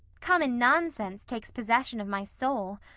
common nonsense takes possession of my soul.